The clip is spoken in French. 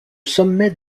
sommet